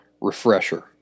refresher